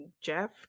Jeff